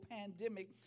pandemic